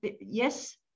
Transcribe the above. yes